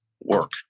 work